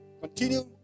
Continue